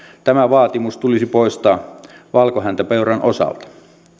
tämä vaatimus tulisi poistaa valkohäntäpeuran osalta